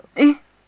eh